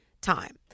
time